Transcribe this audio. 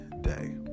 day